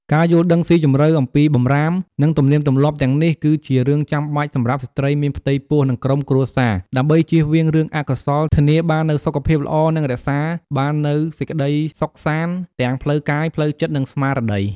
ការយល់ដឹងស៊ីជម្រៅអំពីបម្រាម និងទំនៀមទម្លាប់ទាំងនេះ គឺជារឿងចាំបាច់សម្រាប់ស្ត្រីមានផ្ទៃពោះ និងក្រុមគ្រួសារ ដើម្បីជៀសវាងរឿងអកុសល ធានាបាននូវសុខភាពល្អ និងរក្សាបាននូវសេចក្តីសុខសាន្តទាំងផ្លូវកាយ ផ្លូវចិត្ត និងស្មារតី។